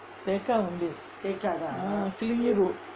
tekka only sling road